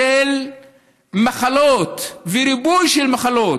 של מחלות וריבוי של מחלות.